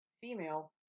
female